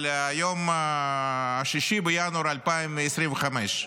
אבל היום 6 בינואר 2025,